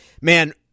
man